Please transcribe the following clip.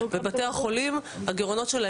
והגירעונות של בתי החולים קטנים.